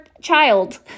child